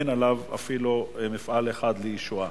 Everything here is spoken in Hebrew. אין עליו אפילו מפעל אחד לישועה.